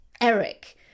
Eric